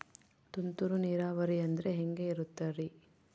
ತುಂತುರು ನೇರಾವರಿ ಅಂದ್ರೆ ಹೆಂಗೆ ಇರುತ್ತರಿ?